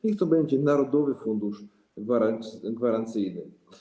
Niech to będzie narodowy fundusz gwarancyjny.